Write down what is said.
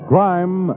Crime